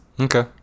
Okay